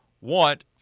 want